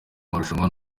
marushanwa